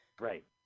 Right